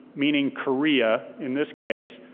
meaning korea in this case,